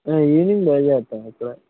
evening బయల్దేరుతాం ఇక్కడే